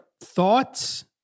thoughts